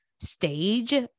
stage